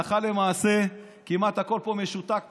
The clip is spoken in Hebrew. הלכה למעשה, כמעט הכול משותק פה,